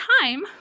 time